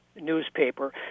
newspaper